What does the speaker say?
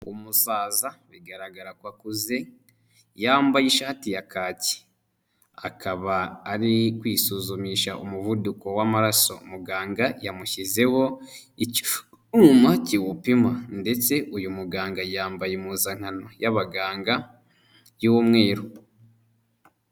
Umusaza bigaragara ko akuze yambaye ishati ya kaki, akaba ari kwisuzumisha umuvuduko w'amaraso, muganga yamushyizeho icyuma kiwupima ndetse uyu muganga yambaye impuzankano y'abaganga y'umweru.